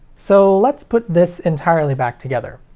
so let's put this entirely back together.